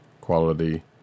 quality